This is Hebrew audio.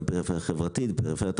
גם פריפריה חברתית ופריפריה תרבותית.